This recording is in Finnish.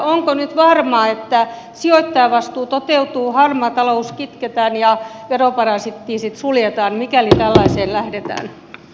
onko nyt varmaa että sijoittajavastuu toteutuu harmaa talous kitketään ja veroparatiisit suljetaan mikäli tällaiseen lähdetään